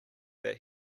that